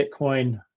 bitcoin